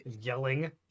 yelling